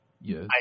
Yes